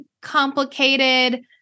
complicated